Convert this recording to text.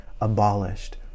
abolished